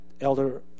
Elder